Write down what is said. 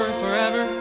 forever